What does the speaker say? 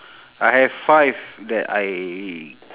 I have five that I